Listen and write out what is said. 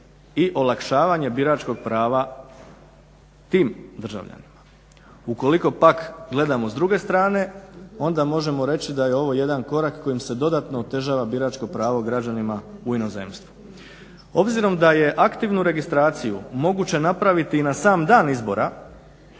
i olakšavanje biračkog prava tim državljanima. Ukoliko pak gledamo s druge strane onda možemo reći da je ovo jedan korak kojim se dodatno otežava biračko pravo građanima u inozemstvu. Obzirom da je aktivnu registraciju moguće napraviti i na sam dan izbora